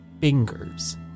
fingers